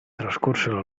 trascorsero